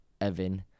Evan